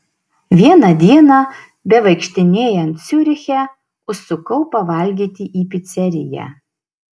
vieną dieną bevaikštinėjant ciuriche užsukau pavalgyti į piceriją